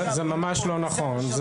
זה ממש לא נכון.